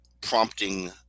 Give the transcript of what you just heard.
prompting